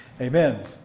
amen